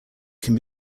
can